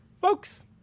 folks